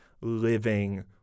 living